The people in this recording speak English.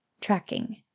Tracking